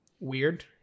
weird